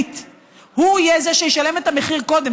הישראלית, הוא יהיה זה שישלם את המחיר קודם.